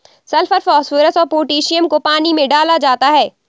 sulphur phosphorus और potassium को पानी में डाला जाता है